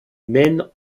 mènent